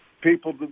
people